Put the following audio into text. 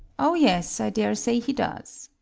oh, yes i daresay he does.